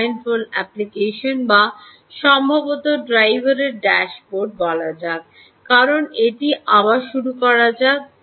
mobile phone application বা সম্ভবত ড্রাইভারের ড্যাশবোর্ডDriver's Dashboard বলা যাক কারণ এটি আবার শুরু করা যাক